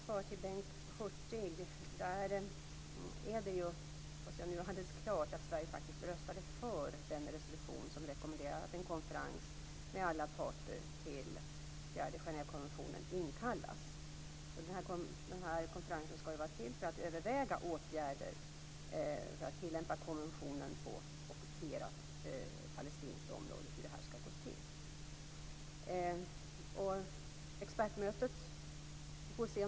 Herr talman! Först svar till Bengt Hurtig: Det är alldeles klart att Sverige röstade för den resolution som rekommenderade att en konferens med alla parter till fjärde Genèvekonventionen inkallas. Konferensen skall vara till för att överväga åtgärder för att tillämpa konventionen på ockuperat palestinskt område. Vi får se om expertmötet blir av.